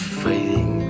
fighting